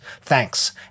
Thanks